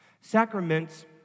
Sacraments